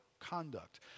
conduct